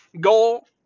goal